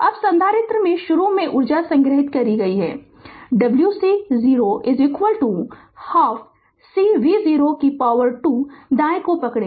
अब संधारित्र में शुरू में ऊर्जा संग्रहीत की गई है कि w c 0 आधा C v0 2 दाएँ को पकड़ें